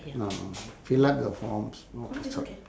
oh fill up the forms no